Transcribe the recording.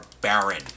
barren